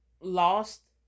lost